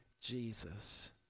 Jesus